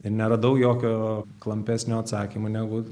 ir neradau jokio klampesnio atsakymų negu